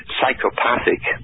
psychopathic